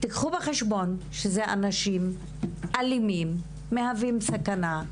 קחו בחשבון שמדובר באנשים אלימים שמהווים סכנה,